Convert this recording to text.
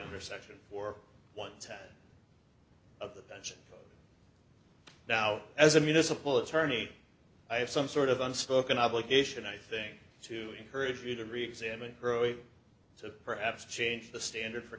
under section or one time of the bench now as a municipal attorney i have some sort of unspoken obligation i think to encourage you to reexamine to perhaps change the standard for